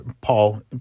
Paul